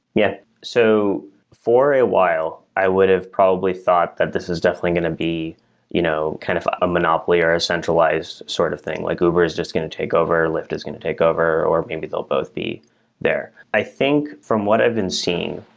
yeah. so for a while, i would have probably thought that this is definitely going to be you know kind of a monopoly, or a centralized sort of thing. like uber is just going to take over and lyft is going to take over, or maybe they'll both be there. i think from what i've been seeing,